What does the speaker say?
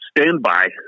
standby